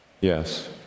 Yes